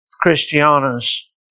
Christiana's